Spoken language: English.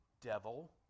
devil